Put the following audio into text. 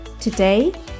Today